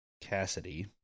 Cassidy